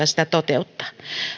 sitä toteuttaa